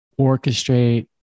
orchestrate